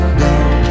down